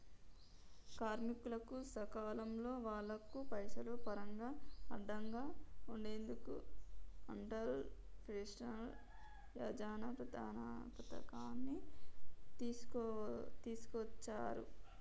కార్మికులకు సకాలంలో వాళ్లకు పైసలు పరంగా అండగా ఉండెందుకు అటల్ పెన్షన్ యోజన పథకాన్ని తీసుకొచ్చారు